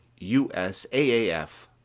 USAAF